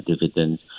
dividends